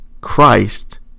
Christ